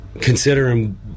considering